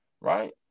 Right